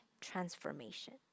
transformation